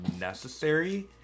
necessary